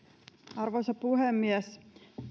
arvoisa puhemies